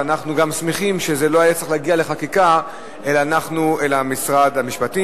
ואנחנו גם שמחים שזה לא היה צריך להגיע לחקיקה אלא משרד המשפטים